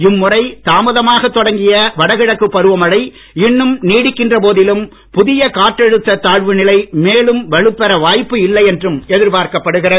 இம்முறை தாமதமாக தொடங்கிய வடகிழக்கு பருவமழை இன்னும் நீடிக்கின்ற போதிலும் புதிய காற்றழுத்த தாழ்வுநிலை மேலும் வலுப்பெற வாய்ப்பு இல்லை என்றும் எதிர்பார்க்கப்படுகிறது